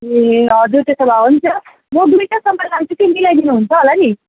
ए हजुर त्यसो भए हुन्छ म दुइटासम्म लान्छु कि मिलाइदिनुहुन्छ होला नि